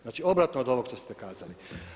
Znači obratno od ovog što ste kazali.